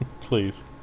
please